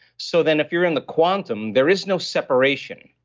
so then, if you're in the quantum, there is no separation.